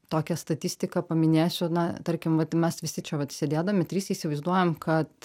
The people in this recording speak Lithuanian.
tokią statistiką paminėsiu na tarkim vat mes visi čia vat sėdėdami trys įsivaizduojam kad